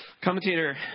Commentator